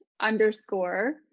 underscore